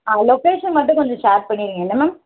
ஆ location மட்டும் கொஞ்சம் share பண்ணிடுங்க என்ன மேம்